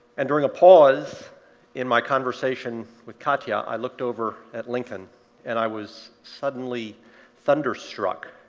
and during a pause in my conversation with katya, i looked over at lincoln and i was suddenly thunderstruck